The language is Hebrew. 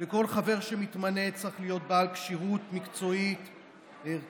וכל חבר שמתמנה צריך להיות בעל כשירות מקצועית וערכית,